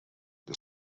the